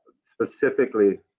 specifically